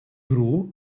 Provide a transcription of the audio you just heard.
gru